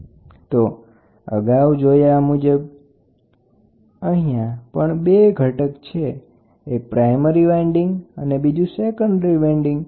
તો અગાઉ જોયા મુજબ જ અહીંયા પણ બે ઘટક છે અને બંન્નેની વચ્ચે કોર છે બરાબર અને અહીંયા એક પ્રાઇમરી વેન્ડીંગ અને બીજુ સેકન્ડરી વેન્ડીગ છે